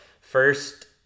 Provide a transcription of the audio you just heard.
first